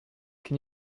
can